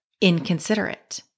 inconsiderate